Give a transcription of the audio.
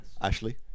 Ashley